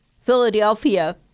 Philadelphia